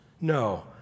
No